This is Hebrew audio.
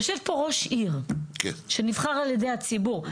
יושב פה ראש עיר שנבחר על ידי הציבור.